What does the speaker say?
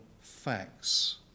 facts